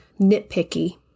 nitpicky